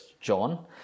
John